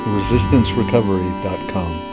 resistancerecovery.com